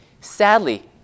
Sadly